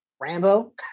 Rambo